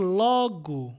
logo